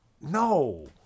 no